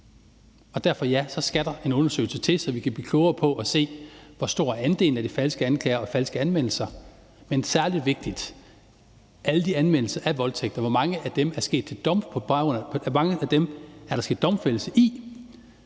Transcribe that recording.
Derfor ja, der skal en undersøgelse til, så vi kan blive klogere på og se, hvor stor andelen af de falske anklager og falske anmeldelser er, og særlig vigtigt, i hvor mange af alle de anmeldelser af voldtægter der sket domfældelse.